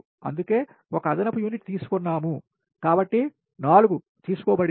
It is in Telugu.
అందుకే ఒక అదనపు యూనిట్ తీసుకొన్నాము కాబట్టి 4 తీసుకోబడింది